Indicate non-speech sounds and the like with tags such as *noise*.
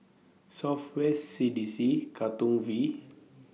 South West C D C Katong V *noise*